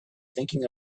thinking